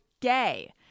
gay